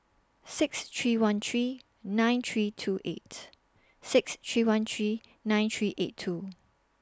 six three one three nine three two eight six three one three nine three eight two